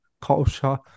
culture